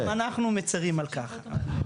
נכון, גם אנחנו מצרים על כך.